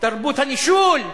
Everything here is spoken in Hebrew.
תרבות הנישול?